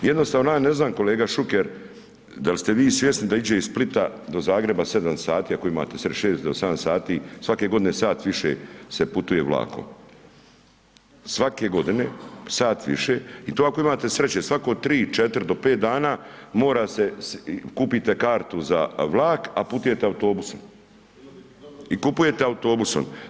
Jednostavno ja ne znam kolega Šuker dal ste vi svjesni da iđe iz Splita do Zagreba 7 sati ako imate, 6 do 7 sati svake godine sat više se putuje vlakom, svake godine sat više i to ako imate sreće, svako 3, 4 do 5 dana mora se kupite kartu za vlak, a putujete autobusom i kupujete autobusom.